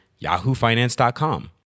yahoofinance.com